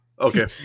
okay